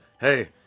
hey